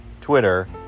Twitter